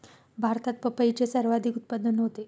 भारतात पपईचे सर्वाधिक उत्पादन होते